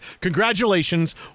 Congratulations